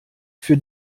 für